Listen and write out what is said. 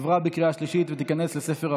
נתקבל.